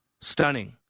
stunning